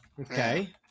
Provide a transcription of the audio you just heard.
Okay